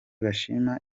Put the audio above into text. bashima